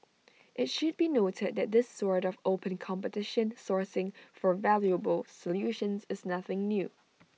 IT should be noted that this sort of open competition sourcing for valuable solutions is nothing new